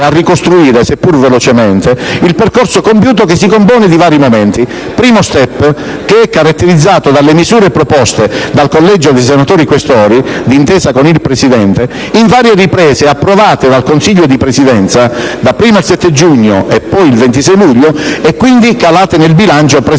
il percorso compiuto, che si compone di vari momenti. Il primo *step* è caratterizzato dalle misure proposte dal Collegio dei senatori Questori, d'intesa con il Presidente, in varie riprese, approvate dal Consiglio di Presidenza (dapprima il 7 giugno e poi il 26 luglio), quindi calate nel bilancio presentato